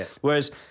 Whereas